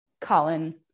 Colin